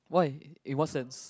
why in what sense